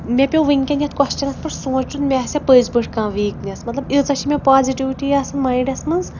مےٚ پیوٚ وٕنۍکٮ۪ن یَتھ کۄسچَنَس پٮ۪ٹھ سونٛچُن مےٚ آسیا پٔزۍ پٲٹھۍ کانٛہہ ویٖکنٮ۪س مطلب ییٖژاہ چھِ مےٚ پازِٹوٹی آسان مایِنٛڈَس منٛز